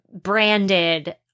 branded